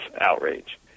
outrage